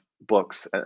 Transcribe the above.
books